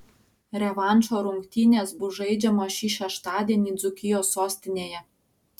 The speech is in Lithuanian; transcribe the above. revanšo rungtynės bus žaidžiamos šį šeštadienį dzūkijos sostinėje